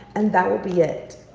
and that will be it.